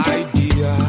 idea